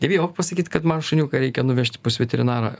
nebijok pasakyt kad man šuniuką reikia nuvežti pas veterinarą